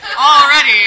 already